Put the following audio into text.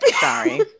sorry